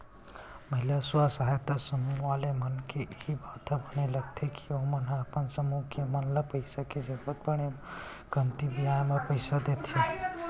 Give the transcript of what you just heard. महिला स्व सहायता समूह वाले मन के इही बात ह बने लगथे के ओमन ह अपन समूह के मन ल पइसा के जरुरत पड़े म कमती बियाज म पइसा देथे